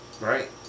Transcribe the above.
right